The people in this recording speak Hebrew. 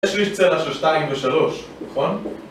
יש לי צלע של שתיים ושלוש, נכון?